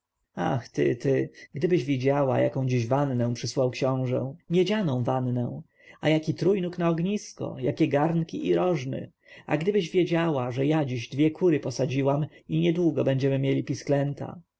ach ty ty gdybyś widziała jaką dziś wannę przysłał książę miedzianą wannę a jaki trójnóg na ognisko jakie garnki i rożny a gdybyś wiedziała że ja dziś dwie kury posadziłam i niedługo będziemy mieli